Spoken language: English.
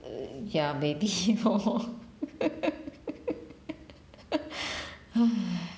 ya maybe lor